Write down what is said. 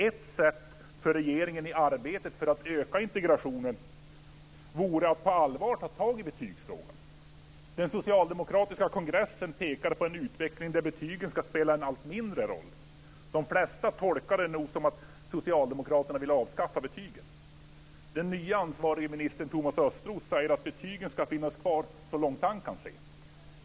Ett sätt för regeringen att i arbetet med att öka integrationen vore att på allvar ta tag i betygsfrågan. Den socialdemokratiska kongressen pekade på en utveckling där betygen ska spela en allt mindre roll. De flesta tolkade det nog som att Socialdemokraterna vill avskaffa betygen. Den nye ansvarige ministern Thomas Östros säger att betygen ska finnas kvar så långt han kan se.